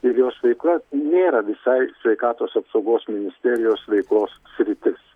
ir jos veikla nėra visai sveikatos apsaugos ministerijos veiklos sritis